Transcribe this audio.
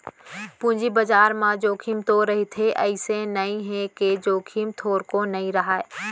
पूंजी बजार म जोखिम तो रहिथे अइसे नइ हे के जोखिम थोरको नइ रहय